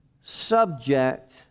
subject